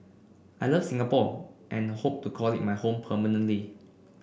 I love Singapore and hope to call it my home permanently